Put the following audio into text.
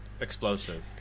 explosive